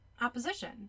opposition